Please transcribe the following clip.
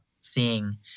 seeing